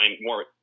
more